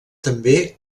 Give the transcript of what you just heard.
també